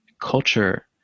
culture